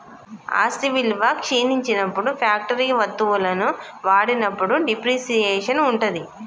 ఆస్తి విలువ క్షీణించినప్పుడు ఫ్యాక్టరీ వత్తువులను వాడినప్పుడు డిప్రిసియేషన్ ఉంటది